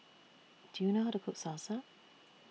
Do YOU know How to Cook Salsa